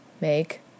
make